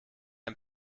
ein